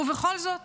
ובכל זאת